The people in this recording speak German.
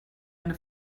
eine